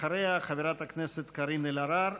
אחריה, חברת הכנסת קארין אלהרר.